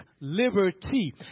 liberty